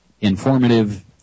informative